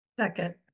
Second